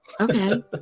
Okay